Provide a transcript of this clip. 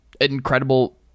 incredible